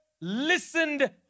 listened